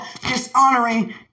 dishonoring